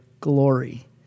glory